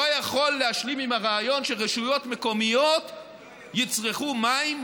לא יכול להשלים עם הרעיון שרשויות מקומיות יצרכו מים,